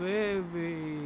Baby